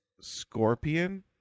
scorpion